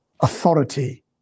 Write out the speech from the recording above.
authority